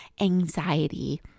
anxiety